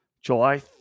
July